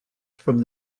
from